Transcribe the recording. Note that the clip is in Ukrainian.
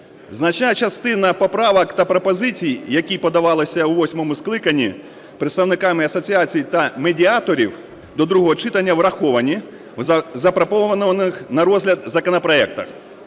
Значна частина поправок та пропозицій, які подавалися у восьмому скликанні представниками асоціацій та медіаторів до другого читання, враховані в запропонованих на розгляд законопроектах.